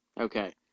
Okay